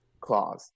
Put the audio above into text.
clause